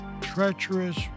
treacherous